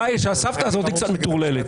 הבית של הסבתא הזאת קצת מטורלל.